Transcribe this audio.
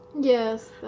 yes